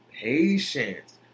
patience